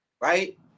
Right